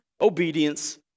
obedience